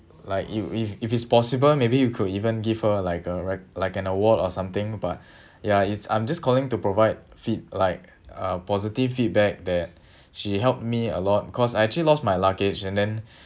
like if if it's possible maybe you could even give her like a like an award or something but ya it's I'm just calling to provide feed~ like uh positive feedback that she helped me a lot cause I actually lost my luggage and then